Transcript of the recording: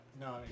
No